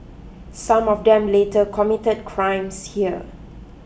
some of them later committed crimes here